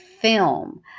film